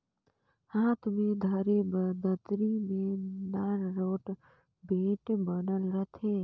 हाथ मे धरे बर दतरी मे नान रोट बेठ बनल रहथे